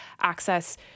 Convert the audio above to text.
access